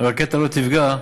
רקטה לא תפגע,